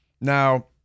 Now